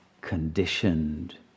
conditioned